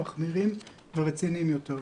מחמירים ורציניים יותר.